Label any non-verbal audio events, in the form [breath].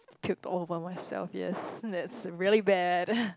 puked all over myself yes that's really bad [breath]